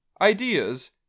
ideas